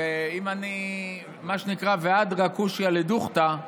ואם, מה שנקרא, הדרא קושיא לדוכתא,